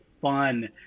fun